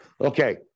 okay